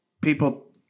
people